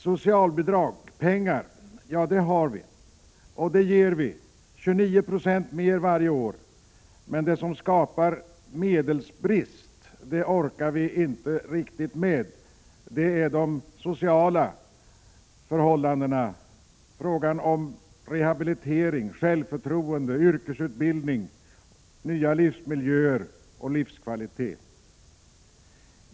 Socialbidrag, pengar, ja det har vi, och det ger vi. 29 96 mer varje år. Men det som skapar medelsbrist orkar vi inte riktigt med. Det är en fråga om sociala förhållanden, rehabilitering, självförtroende, yrkesutbildning, nya livsmiljöer och livskvalitet.